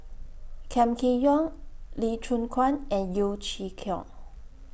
Kam Kee Yong Lee Choon Guan and Yeo Chee Kiong